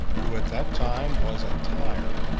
who at that time was at tyre,